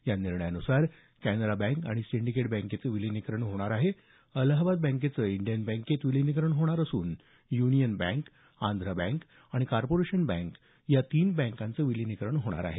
या निर्णयानुसार कॅनरा बँक आणि सिंडिकेट बँकेचं विलिनीकरण होणार आहे अलाहाबाद बँकेचं इंडियन बँकेत विलिनीकरण होणार असून युनियन बँक आंध्रा बँक आणि कार्पोरशेन बँक या तीन बँकांचं विलिनीकरण होणार आहे